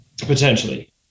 potentially